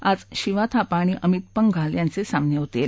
आज शिवा थापा आणि अमित पंघाल यांचे सामने होतील